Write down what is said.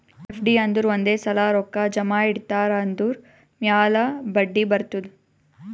FD ಅಂದುರ್ ಒಂದೇ ಸಲಾ ರೊಕ್ಕಾ ಜಮಾ ಇಡ್ತಾರ್ ಅದುರ್ ಮ್ಯಾಲ ಬಡ್ಡಿ ಬರ್ತುದ್